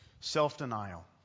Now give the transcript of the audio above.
self-denial